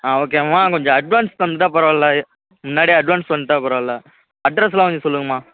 ஆ ஓகேங்கம்மா கொஞ்சம் அட்வான்ஸ் தந்தால் பரவாயில்லை முன்னாடியே அட்வான்ஸ் வந்துட்டா பரவாயில்லை அட்ரெஸெலாம் கொஞ்சம் சொல்லுங்கம்மா